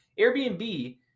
Airbnb